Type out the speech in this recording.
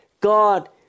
God